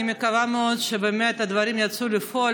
אני מקווה מאוד שהדברים יצאו לפועל